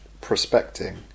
prospecting